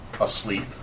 asleep